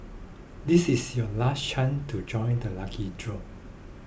this is your last chance to join the lucky draw